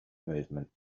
movement